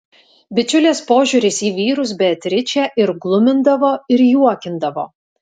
bičiulės požiūris į vyrus beatričę ir glumindavo ir juokindavo